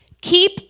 keep